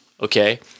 Okay